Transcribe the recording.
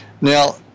Now